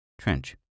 Trench